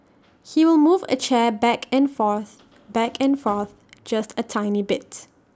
he will move A chair back and forth back and forth just A tiny bits